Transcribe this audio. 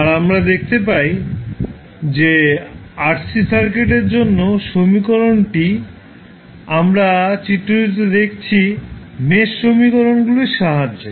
আর আমরা দেখতে পাই যে RC সার্কিটের জন্য সমীকরণটি আমরা চিত্রটিতে দেখছি মেশ সমীকরণগুলির সাহায্যে